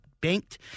banked